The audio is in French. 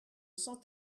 cent